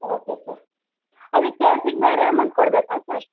okay sir ಅದಕ್ ಟೇಲ್ಸಿಗೆ ಬೇರೆ ಅಮೌಂಟ್ ಕೊಡಬೇಕಾ ಸರ್